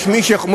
אנשים לא יודעים,